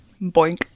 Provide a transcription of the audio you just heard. Boink